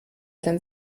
denn